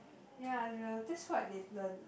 ya the that's what they learn